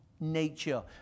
nature